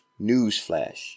Newsflash